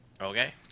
Okay